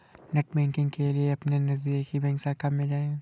net banking के लिए अपने नजदीकी बैंक शाखा में जाए